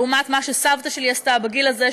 לעומת מה שסבתא שלי עשתה בגיל הזה,